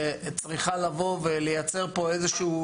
שצריכה לבוא ולייצר פה איזושהי